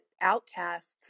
outcasts